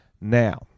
Now